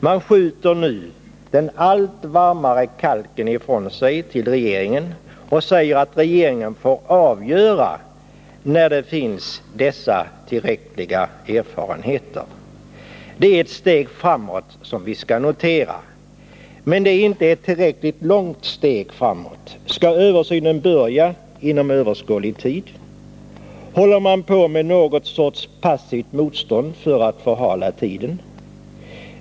Man skjuter nu den allt varmare kalken ifrån sig till regeringen och säger att regeringen får avgöra när det finns dessa tillräckliga erfarenheter. Det är ett steg framåt som vi skall notera. Men det är inte ett tillräckligt långt steg framåt. Skall översynen börja inom överskådlig tid? Håller man på med någon sorts passivt motstånd för att förhala tiden?